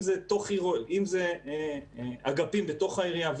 אם זה אגפים בתוך העירייה,